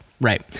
Right